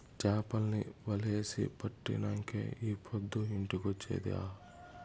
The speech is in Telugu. చేపల్ని వలేసి పట్టినంకే ఈ పొద్దు ఇంటికొచ్చేది ఆ